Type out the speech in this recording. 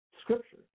Scripture